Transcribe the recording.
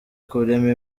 kurema